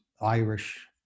Irish